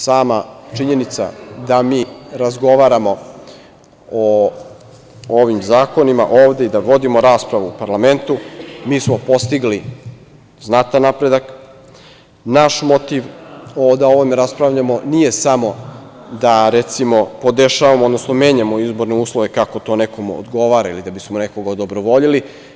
Sama činjenica da mi razgovaramo o ovim zakonima ovde i da vodimo raspravu u parlamentu, mi smo postigli znatan napredak, naš motiv da o ovome raspravljamo nije samo da podešavamo, odnosno menjamo izborne uslove kako to nekome odgovara ili da bismo nekoga odobrovoljili.